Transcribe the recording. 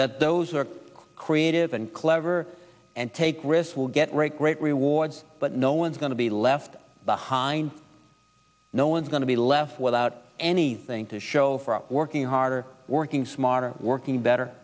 that those are creative and clever and take risks will get right great rewards but no one's going to be left behind no one's going to be left without anything to show for working harder working smarter working better